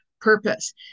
purpose